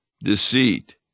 deceit